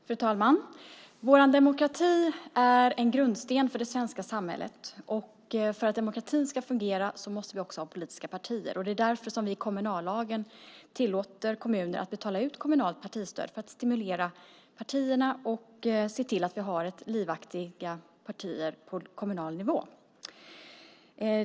Fru talman! Vår demokrati är en grundsten för det svenska samhället, och för att demokratin ska fungera måste vi också ha politiska partier. Det är därför som vi i kommunallagen tillåter kommuner att betala ut kommunalt partistöd för att stimulera partierna och se till att vi har livaktiga partier på kommunal nivå.